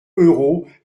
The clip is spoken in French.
euros